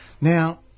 Now